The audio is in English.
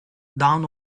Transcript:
down